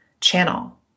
channel